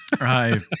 Right